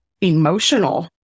emotional